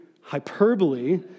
hyperbole